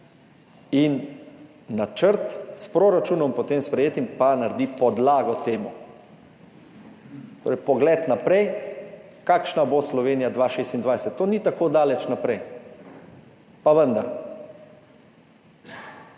in načrt, s proračunom, potem sprejetim, pa naredita podlago temu, torej pogled naprej, kakšna bo Slovenija 2026. To ni tako daleč naprej. Pa vendar,